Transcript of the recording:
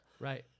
Right